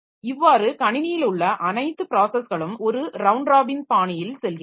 இவ்வாறு கணினியில் உள்ள அனைத்து ப்ராஸஸ்களும் ஒரு ரவுண்ட் ராபின் பாணியில் செல்கிறது